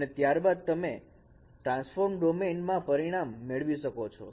અને ત્યારબાદ તમે ટ્રાન્સફોર્મ ડોમેન માં પરિણામ મેળવી શકો છો